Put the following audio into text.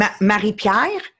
Marie-Pierre